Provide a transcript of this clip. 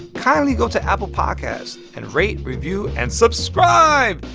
kindly go to apple podcasts and rate, review and subscribe.